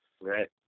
Right